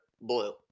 blue